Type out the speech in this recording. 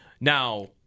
Now